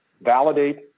validate